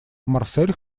марсель